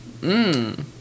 Mmm